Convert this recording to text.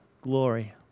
glory